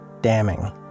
damning